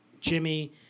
Jimmy